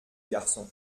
garçon